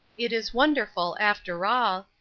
it is wonderful, after all,